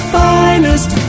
finest